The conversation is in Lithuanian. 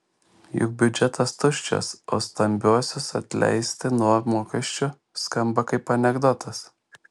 juk biudžetas tuščias o stambiuosius atleisti nuo mokesčių skamba kaip anekdotas